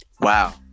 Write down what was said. Wow